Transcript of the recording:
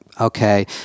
Okay